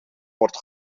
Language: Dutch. wordt